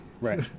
right